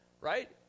right